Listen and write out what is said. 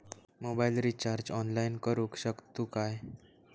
Mobile recharge online करुक शकतू काय?